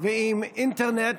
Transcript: ועם אינטרנט,